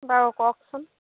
বাৰু কওকচোন